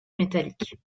métallique